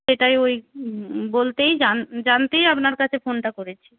সেটাই ওই বলতেই জানতেই আপনার কাছে ফোনটা করেছি